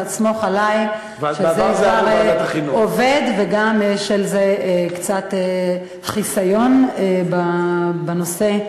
סמוך עלי שזה כבר עובד וגם יש קצת חיסיון בנושא הזה.